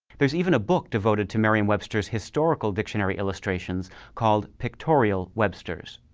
there's even a book devoted to merriam-webster's historical dictionary illustrations called pictorial webster's.